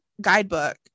guidebook